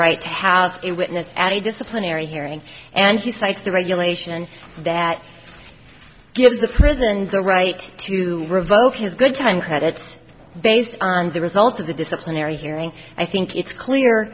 right to have a witness at a disciplinary hearing and he cites the regulation that gives the prison the right to revoke his good time credits based on the results of the disciplinary hearing i think it's clear